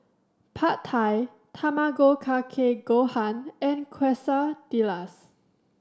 Pad Thai Tamago Kake Gohan and Quesadillas